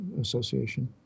Association